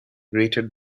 greeted